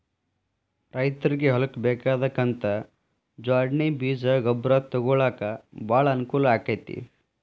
ರೈತ್ರಗೆ ಹೊಲ್ಕ ಬೇಕಾದ ಕಂತದ ಜ್ವಾಡ್ಣಿ ಬೇಜ ಗೊಬ್ರಾ ತೊಗೊಳಾಕ ಬಾಳ ಅನಕೂಲ ಅಕೈತಿ